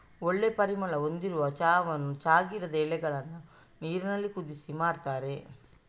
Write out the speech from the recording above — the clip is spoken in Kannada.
ಒಳ್ಳೆ ಪರಿಮಳ ಹೊಂದಿರುವ ಚಾವನ್ನ ಚಾ ಗಿಡದ ಎಲೆಗಳನ್ನ ನೀರಿನಲ್ಲಿ ಕುದಿಸಿ ಮಾಡ್ತಾರೆ